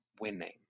winning